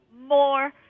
more